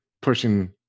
pushing